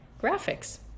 graphics